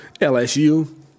LSU